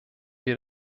wir